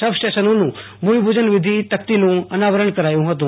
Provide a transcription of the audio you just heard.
સબ સ્ટેશનોનું ભૂ મિપૂ જક્વિધિ તકતીનું અનાવરણ કરાયું હતું